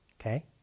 okay